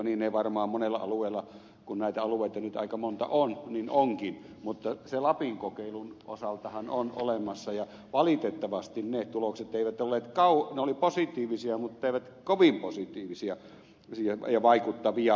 niin varmaan monella alueella kun näitä alueita nyt aika monta on onkin mutta lapin kokeilun osaltahan tuloksia on olemassa ja ne tulokset olivat positiivisia mutta valitettavasti eivät kovin positiivisia ja vaikuttavia